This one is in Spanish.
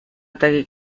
ataque